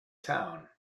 town